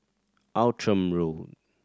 Outram Road